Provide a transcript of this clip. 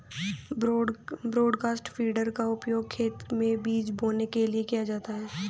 broadcast feeder का उपयोग खेत में बीज बोने के लिए किया जाता है